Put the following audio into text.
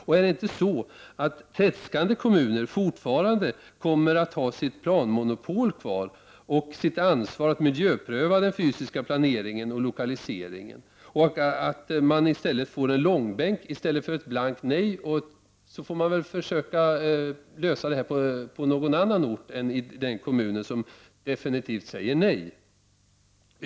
Och är det inte så, att tredskande kommuner kommer att ha sitt planmonopol kvar och sitt ansvar när det gäller att miljöpröva den fysiska planeringen och lokaliseringen samt att man får så att säga en långbänk i stället för ett blankt nej? Sedan får man försöka lösa det här på annan ort än i den kommun som definitivt säger nej.